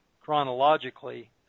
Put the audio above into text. chronologically